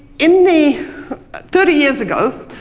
in the thirty years ago,